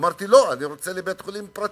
אמרתי: לא, אני רוצה בית-חולים פרטי.